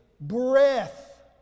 breath